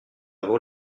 vaut